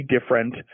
different